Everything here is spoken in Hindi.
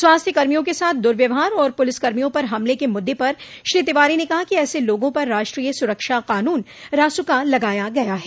स्वास्थ्य कर्मियों के साथ दुर्व्यहार और पुलिसकर्मियों पर हमले के मुद्दे पर श्री तिवारी न कहा कि ऐसे लोगों पर राष्ट्रीय सुरक्षा कानून रासका लगाया गया है